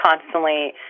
constantly